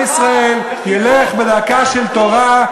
ועם ישראל ילך בדרכה של תורה,